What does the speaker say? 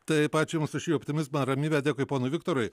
taip ačiū jums už šį optimizmą ramybę dėkui ponui viktorui